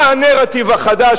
מה הנרטיב החדש,